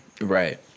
Right